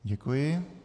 Děkuji.